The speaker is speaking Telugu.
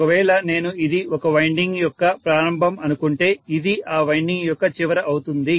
ఒకవేళ నేను ఇది ఒక వైండింగ్ యొక్క ప్రారంభం అనుకుంటే ఇది ఆ వైండింగ్ యొక్క చివర అవుతుంది